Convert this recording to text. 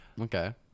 Okay